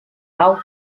love